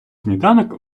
сніданок